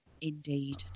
indeed